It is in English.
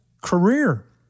career